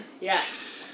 Yes